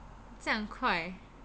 这样快